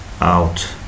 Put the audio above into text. out